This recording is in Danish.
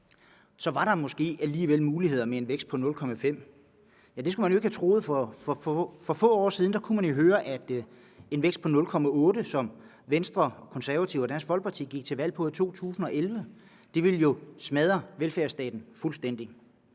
Så var der måske alligevel muligheder med en vækst på 0,5 pct., men det skulle man jo ikke have troet, for for få år siden kunne man høre, at en vækst på 0,8 pct., som Venstre, Konservative og Dansk Folkeparti gik til valg på i 2011, ville smadre velfærdsstaten fuldstændig.